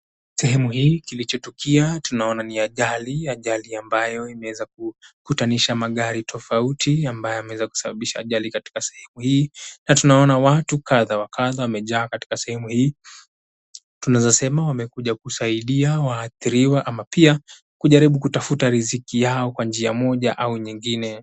Sehemu hii kilichotukia tunaona ni ajali. Ajali ambayo hayo imeweza kukutanisha magari tofauti ambayo yameweza kusababisha ajali katika sehemu hii. Na tunaona watu kadha wa kadha wamejaa katika sehemu hii. Tunaweza sema wamekuja kusaidia waathiriwa ama pia kujaribu kutafuta riziki yao kwa njia moja au nyingine.